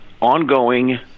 Ongoing